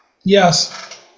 Yes